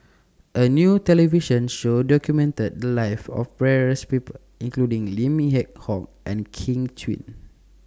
A New television Show documented The Lives of various People including Lim Yew Hock and Kin Chui